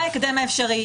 בהקדם האפשרי,